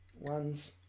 ones